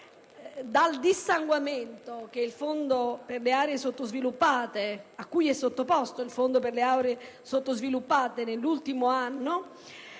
dal dissanguamento cui è stato sottoposto il Fondo per le aree sottoutilizzate nell'ultimo anno.